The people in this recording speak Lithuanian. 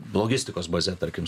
blogistikos baze tarkim